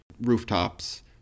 rooftops